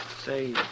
Say